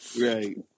Right